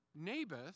Naboth